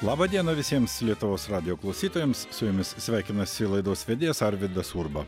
laba diena visiems lietuvos radijo klausytojams su jumis sveikinasi laidos vedėjas arvydas urba